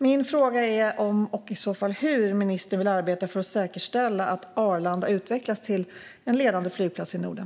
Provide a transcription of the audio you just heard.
Min fråga är om och i så fall hur ministern vill arbeta för att säkerställa att Arlanda utvecklas till en ledande flygplats i Norden.